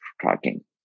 tracking